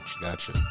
Gotcha